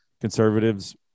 conservatives